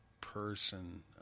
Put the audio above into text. person